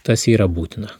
tas yra būtina